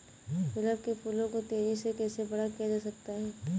गुलाब के फूलों को तेजी से कैसे बड़ा किया जा सकता है?